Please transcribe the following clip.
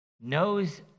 knows